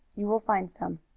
you will find some.